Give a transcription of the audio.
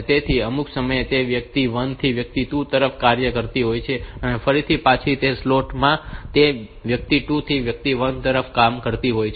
તેથી તે અમુક સમયે તે વ્યક્તિ 1 થી વ્યક્તિ 2 તરફ કાર્ય કરતી હોય છે અને ફરીથી પછીના સ્લોટ માં તે વ્યક્તિ 2 થી વ્યક્તિ 1 તરફ કાર્ય કરતી હોય છે